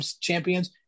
champions